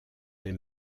les